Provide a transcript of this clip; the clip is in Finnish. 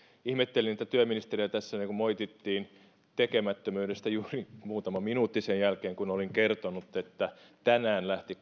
ihmettelen että työministeriä tässä moitittiin tekemättömyydestä juuri muutama minuutti sen jälkeen kun olin kertonut että tänään lähti